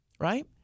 right